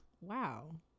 wow